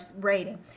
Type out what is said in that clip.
rating